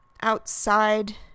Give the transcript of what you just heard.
outside